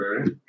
okay